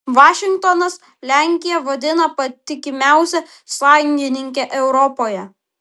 vašingtonas lenkiją vadina patikimiausia sąjungininke europoje